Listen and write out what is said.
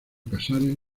casares